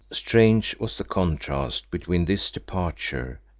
strange was the contrast between this departure,